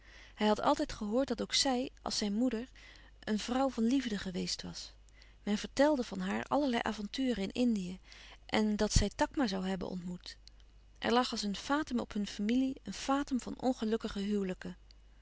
hij had altijd gehoord dat ook zij als zijn moeder een vrouw van liefde geweest was men vertelde van haar allerlei avonturen in indië tot dat zij takma zoû hebben ontmoet er lag als een fatum op hun familie een fatum van ongelukkige huwelijken